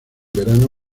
verano